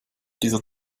dieser